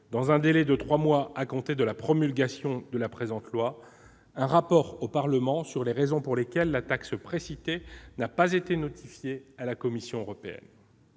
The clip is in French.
dans un délai de trois mois à compter de la promulgation de la présente loi, un rapport au Parlement sur les raisons pour lesquelles la taxe précitée n'a pas été notifiée à la Commission européenne.